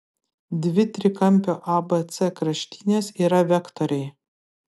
dvi trikampio abc kraštinės yra vektoriai